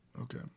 Okay